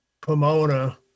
Pomona